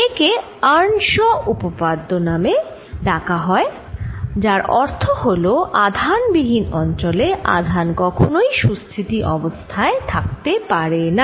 একে এর্নশও উপপাদ্য নামে ডাকা হয় যার অর্থ হল আধান বিহীন অঞ্চলে আধান কখনই সুস্থিতি অবস্থায় থাকতে পারে না